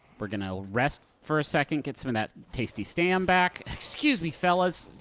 we're gonna rest for a second, get some of that tasty stam back. excuse me, fellas.